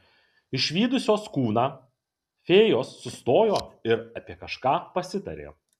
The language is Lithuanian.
išvydusios kūną fėjos sustojo ir apie kažką pasitarė